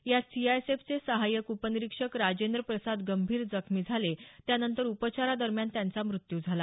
यात सीआयएसएफचे सहाय्यक उपनिरीक्षक राजेंद्र प्रसाद गंभीर जखमी झाले त्यानंतर उपचारादरम्यान त्यांचा मृत्यू झाला